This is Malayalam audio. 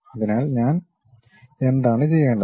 അതിനാൽ ഞാൻ എന്താണ് ചെയ്യേണ്ടത്